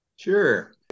Sure